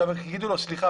מחר יגידו לו: סליחה,